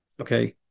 Okay